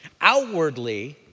Outwardly